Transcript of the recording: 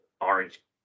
Orange